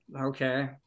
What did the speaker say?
okay